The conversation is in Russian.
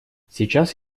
сейчас